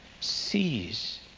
sees